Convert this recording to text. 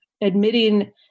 admitting